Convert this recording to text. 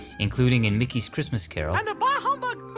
including in mickey's christmas carol, and a bah humbug,